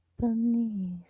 beneath